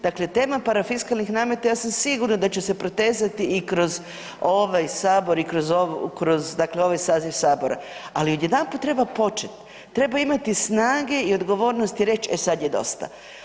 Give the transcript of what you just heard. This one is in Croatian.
Dakle, tema parafiskalnih nameta ja sam sigurna da će se protezati i kroz ovaj sabor i kroz ovu, kroz dakle ovaj saziv sabora, ali odjedanput treba počet, treba imati snage i odgovornosti reć e sad je dosta.